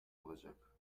olacak